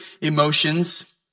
emotions